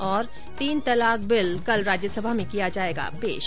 ्तीन तलाक बिल कल राज्यसभा में किया जायेगा पेश